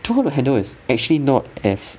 too hot to handle is actually not as